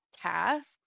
tasks